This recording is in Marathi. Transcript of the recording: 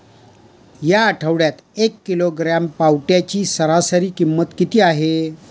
या आठवड्यात एक किलोग्रॅम पावट्याची सरासरी किंमत किती आहे?